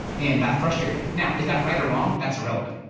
and that frustrated me. now, is that right or wrong? that's irrelevant.